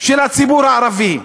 של הציבור הערבי.